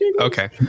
Okay